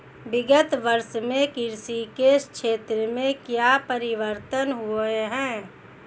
विगत वर्षों में कृषि के क्षेत्र में क्या परिवर्तन हुए हैं?